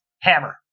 Hammer